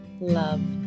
love